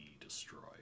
destroyed